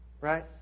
Right